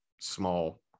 small